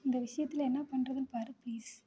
இந்த விஷயத்தில் என்ன பண்ணுறதுனு பார் ப்ளீஸ்